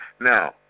Now